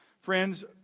Friends